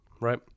right